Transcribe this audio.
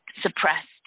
suppressed